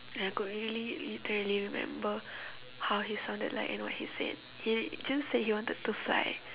and I could really literally remember how he sounded like and what he said he just said he wanted to fly